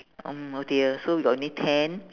mm oh dear so we got only ten